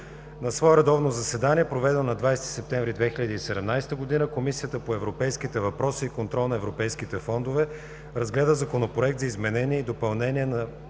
На свое редовно заседание, проведено на 20 септември 2017 г., Комисията по европейските въпроси и контрол на европейските фондове разгледа Законопроект за изменение и допълнение на